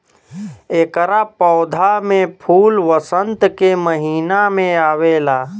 एकरा पौधा में फूल वसंत के महिना में आवेला